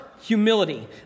humility